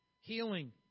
Healing